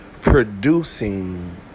producing